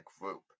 group